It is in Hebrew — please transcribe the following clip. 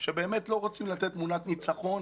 שבאמת לא רוצים לתת תמונת ניצחון,